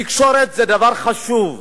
תקשורת זה דבר חשוב.